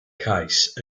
case